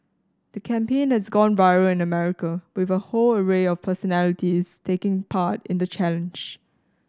the campaign has gone viral in America with a whole array of personalities taking part in the challenge